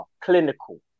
Clinical